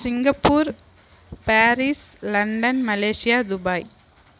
Singapore Paris London Malaysia Dubai